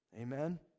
Amen